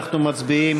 אנחנו מצביעים